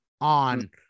on